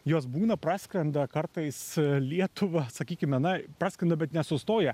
jos būna praskrenda kartais lietuvą sakykime na praskrenda bet nesustoja